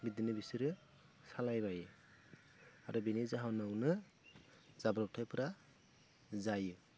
बिदिनो बिसोरो सालायबायो आरो बेनि जाहोनावनो जाब्र'बथायफोरा जायो